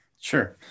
Sure